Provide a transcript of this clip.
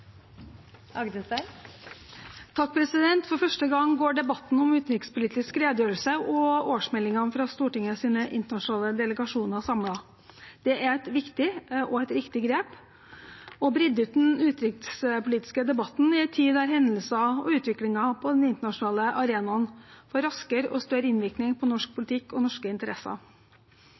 et viktig og riktig grep med et bredere grunnlag for den utenrikspolitiske debatten i en tid der hendelser og utviklingen på den internasjonale arenaen får raskere og større innvirkning på norsk politikk og norske interesser.